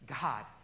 God